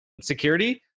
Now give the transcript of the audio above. security